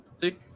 See